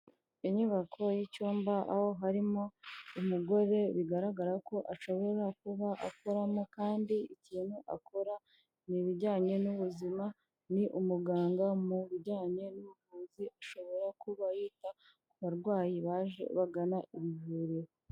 Inyubako y'icyumba aho harimo umugore bigaragara ko ashobora kuba akoramo kandi ikintu akora, ni bijyanye n'ubuzima, ni umuganga mu bijyanye n'ubuvuzi ashobora kuba yita, ku barwayi baje bagana ibivuriro.